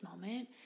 moment